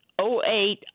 08